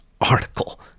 article